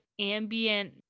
ambient